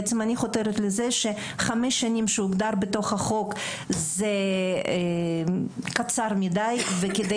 בעצם אני חותרת לזה שחמש שנים שהוגדר בחוק זה קצר מדי וכדי